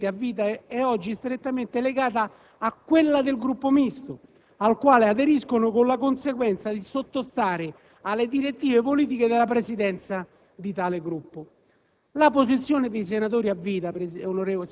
Nei fatti, poi, la posizione dei senatori di diritto e a vita è oggi strettamente legata a quella del Gruppo Misto, al quale aderiscono, con la conseguenza di sottostare alle direttive politiche della Presidenza di tale Gruppo.